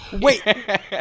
Wait